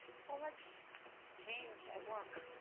so much change at work.